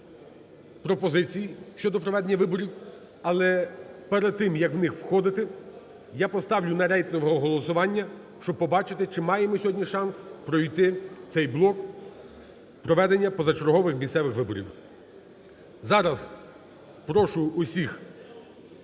пропозицій щодо проведення виборів. Але перед тим, як в них входити, я поставлю на рейтингове голосування, щоб побачити, чи маємо ми сьогодні шанс пройти цей блок проведення позачергових місцевих виборів. Зараз прошу всіх